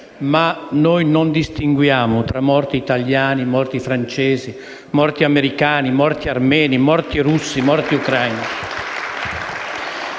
però, non distinguiamo tra morti italiani, morti francesi, morti americani, morti armeni, morti russi, morti ucraini.